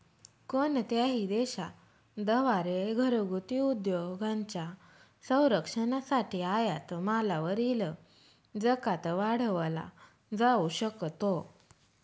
कोणत्याही देशा द्वारे घरगुती उद्योगांच्या संरक्षणासाठी आयात मालावरील जकात वाढवला जाऊ शकतो